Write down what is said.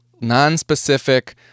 non-specific